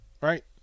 Right